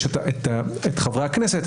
את חברי הכנסת,